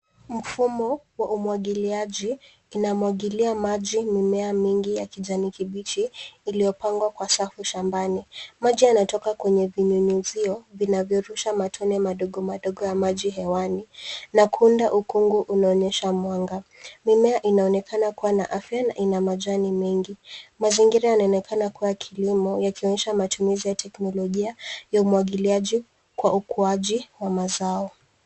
Mfumo wa umwagiliaji inamwagiilia maji mimea ya kijani kibichi iliyopandwa kwa safu shambani. MAji yanatoka kwenye vinyunyizio vinavyorusha matone madogomadogo ya maji hewani na kuunda ukungu unaonyesha mwanga. Mimea inaonekana kuwa na afya na ina majnai mengi. Mazingira yanaonekana kuwa ya kilimo yakionyesha matumizi wa teknolojia ya umwagiliaji kwa ukuaji wa mazao.